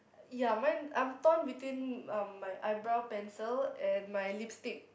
ya mine I'm torn between um my eyebrow pencil and my lipstick